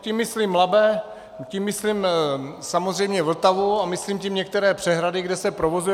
Tím myslím Labe, tím myslím samozřejmě Vltavu a myslím tím některé přehrady, kde se provozuje.